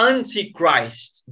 Antichrist